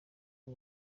bwo